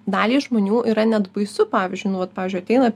daliai žmonių yra net baisu pavyzdžiui nu vat pavyzdžiui ateina